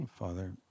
Father